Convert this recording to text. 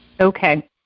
Okay